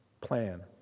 plan